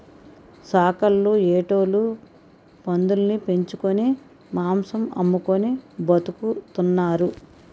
సాకల్లు యాటోలు పందులుని పెంచుకొని మాంసం అమ్ముకొని బతుకుతున్నారు